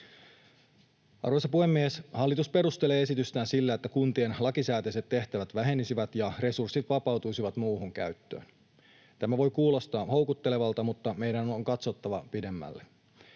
Arvoisa puhemies! Hallitus perustelee esitystään sillä, että kuntien lakisääteiset tehtävät vähenisivät ja resurssit vapautuisivat muuhun käyttöön. Tämä voi kuulostaa houkuttelevalta, mutta meidän on katsottava pidemmälle.